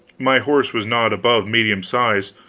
my horse was not above medium size,